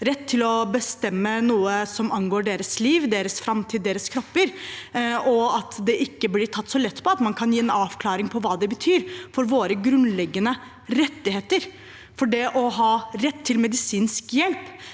rett til å bestemme noe som angår deres liv, deres framtid, deres kropper. Det må det ikke bli tatt så lett på, og man må komme med en avklaring av hva det betyr for våre grunnleggende rettigheter. Det å ha rett til medisinsk hjelp